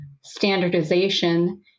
standardization